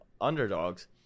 underdogs